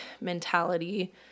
mentality